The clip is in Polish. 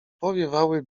powiewały